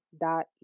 dot